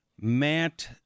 Matt